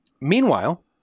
Meanwhile